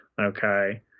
okay